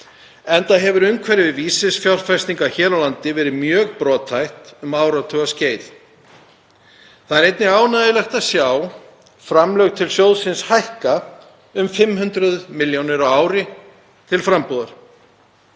enda hefur umhverfi vísifjárfestinga hér á landi verið mjög brothætt um áratugaskeið. Það er einnig ánægjulegt að sjá framlög til sjóðsins hækka um 500 milljónir á ári til frambúðar